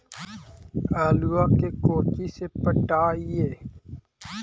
आलुआ के कोचि से पटाइए?